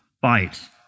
fight